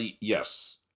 yes